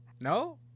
No